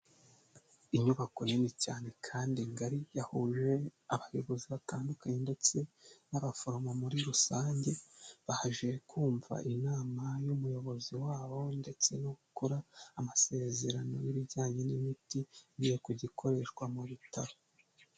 Inyubako nini cyane kandi ngari, yahuje abayobozi batandukanye ndetse n'abaforomo muri rusange baje kumva inama y'umuyobozi wabo ndetse no gukora amasezerano y'ibijyanye n'imiti igiye kujya ikoreshwa mu bitaro.